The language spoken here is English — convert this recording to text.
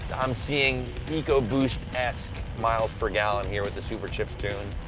i'm seeing eco-boost-esque miles per gallon here with the superchips tune.